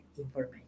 information